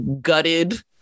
gutted